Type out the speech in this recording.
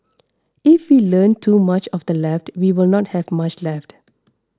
if we learn too much of the left we will not have much left